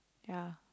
ya